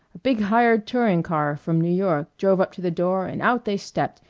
a big hired touring-car from new york drove up to the door and out they stepped,